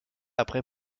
après